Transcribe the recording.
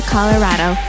Colorado